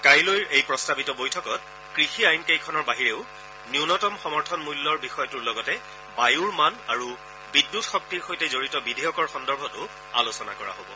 কাইলৈৰ এই বৈঠকত কৃষি আইনকেইখনৰ বাহিৰেও ন্যুনতম সমৰ্থন মূল্যৰ বিষয়টোৰ লগতে বায়ুৰ মান আৰু বিদ্যুৎ শক্তিৰ সৈতে জড়িত বিধেয়কৰ সন্দৰ্ভতো আলোচনা কৰা হ'ব